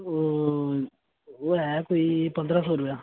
ओह् ओह् ऐ कोई पंदरां सौ रपेआ